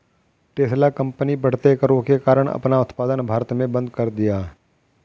Tesla company बढ़ते करों के कारण अपना उत्पादन भारत में बंद कर दिया हैं